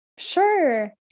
Sure